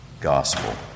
gospel